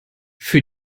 für